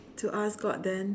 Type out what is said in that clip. to ask god then